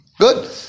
Good